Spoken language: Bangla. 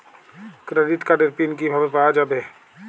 ক্রেডিট কার্ডের পিন কিভাবে পাওয়া যাবে?